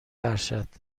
ارشد